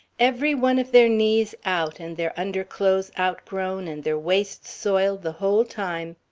every one of their knees out, and their underclothes outgrown, and their waists soiled, the whole time.